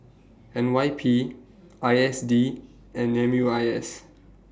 N Y P I S D and M U I S